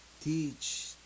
teach